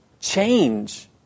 change